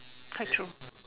quite true